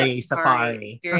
safari